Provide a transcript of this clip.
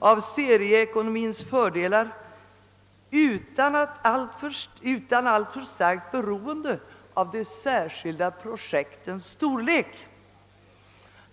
beträffande serieekonomins fördelar utan alltför starkt beroende av de särskilda projektens storlek.